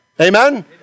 amen